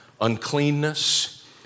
uncleanness